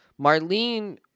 Marlene